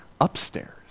upstairs